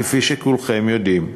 כפי שכולכם יודעים,